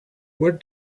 where